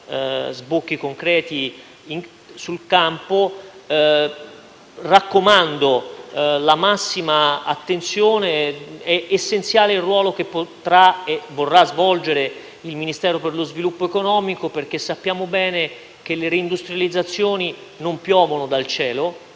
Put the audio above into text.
sbocchi concreti sul campo. Raccomando allora la massima attenzione; il ruolo che potrà e vorrà svolgere il Ministero per lo sviluppo economico è essenziale perché sappiamo bene che le reindustrializzazioni non piovono dal cielo,